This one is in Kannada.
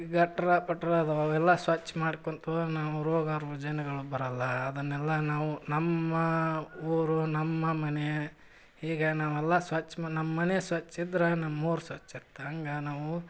ಈಗ ಅಟ್ರಾ ಪಟ್ರಾ ಅದವೆ ಅವೆಲ್ಲ ಸ್ವಚ್ಛ ಮಾಡ್ಕೊಂತ ಹೋಗ್ ನಮ್ಗೆ ರೋಗ ರುಜಿನಗಳು ಬರಲ್ಲ ಅದನ್ನೆಲ್ಲ ನಾವು ನಮ್ಮ ಊರು ನಮ್ಮ ಮನೆ ಹೀಗೆ ನಾವೆಲ್ಲ ಸ್ವಚ್ಛ ನಮ್ಮ ಮನೆ ಸ್ವಚ್ಛ ಇದ್ರೆ ನಮ್ಮ ಊರು ಸ್ವಚ್ಛ ಇರ್ತೆ ಹಂಗೆ ನಾವು